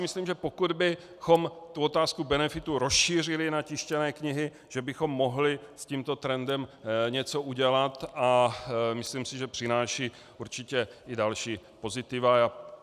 Myslím si, že pokud bychom tu otázku benefitů rozšířili na tištěné knihy, že bychom mohli s tímto trendem něco udělat, a myslím si, že přináší určitě i další pozitiva.